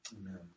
Amen